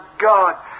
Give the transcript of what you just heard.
God